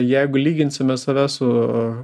jeigu lyginsime save su